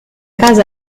casa